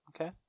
Okay